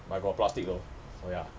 but got plastic though so ya